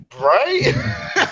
right